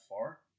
far